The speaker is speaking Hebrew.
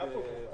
מאה אחוז.